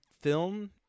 film